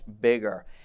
bigger